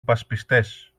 υπασπιστές